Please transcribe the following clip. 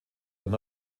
dann